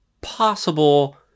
possible